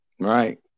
right